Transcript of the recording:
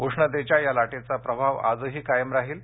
उष्णतेच्या या लाटेचा प्रभाव आजही कायम राहील